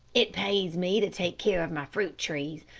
it pays me to take care of my fruit trees,